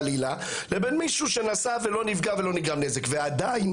חלילה לבין מישהו שנסע ולא נפגע ולא נגרם נזק ועדיין